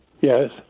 Yes